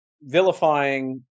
vilifying